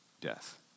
death